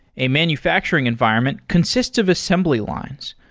a manufacturing environment consists of assembly lines.